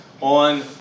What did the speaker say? on